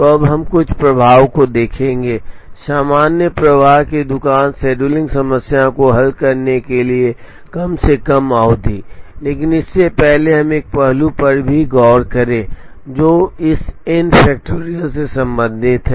तो अब हम कुछ प्रवाह को देखेंगे सामान्य प्रवाह की दुकान शेड्यूलिंग समस्या को हल करने के लिए कम से कम अवधि लेकिन इससे पहले हम एक पहलू पर भी गौर करें जो इस n factorial से संबंधित है